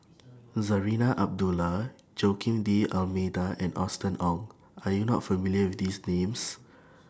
Zarinah Abdullah Joaquim D'almeida and Austen Ong Are YOU not familiar with These Names